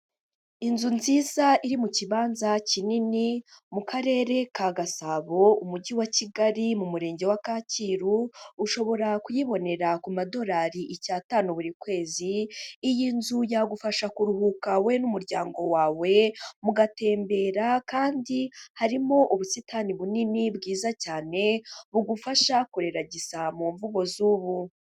Inzu nziza iri mu kibanza kinini mu karere ka Gasabo umujyi wa Kigali mu murenge wa Kacyiru, ushobora kuyibonera ku madorari icyatanu buri kwezi, iyi nzu yagufasha kuruhuka wowe n'umuryango wawe, mugatembera kandi harimo ubusitani bunini bwiza cyane, bugufasha kureragisa mu mvugo z'ubu.